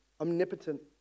omnipotent